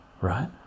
right